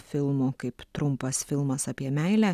filmų kaip trumpas filmas apie meilę